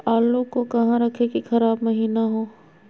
आलू को कहां रखे की खराब महिना हो?